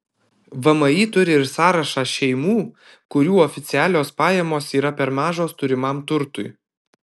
vmi turi ir sąrašą šeimų kurių oficialios pajamos yra per mažos turimam turtui